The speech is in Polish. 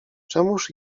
czemuż